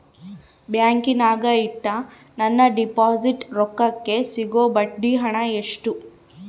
ಬ್ಯಾಂಕಿನಾಗ ಇಟ್ಟ ನನ್ನ ಡಿಪಾಸಿಟ್ ರೊಕ್ಕಕ್ಕೆ ಸಿಗೋ ಬಡ್ಡಿ ಹಣ ಎಷ್ಟು?